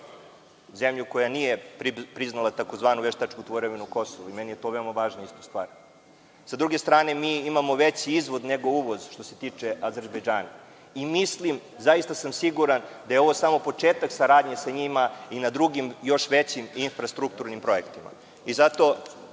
zemlju koja nije priznala tzv. veštačku tvorevinu kosovo. To je veoma važna stvar. Sa druge strane, mi imamo veći izvoz nego uvoz što se tiče Azerbejdžana. Mislim i zaista sam siguran da je ovo samo početak saradnje sa njima i na drugim još većim infrastrukturnim projektima i zato,